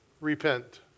Repent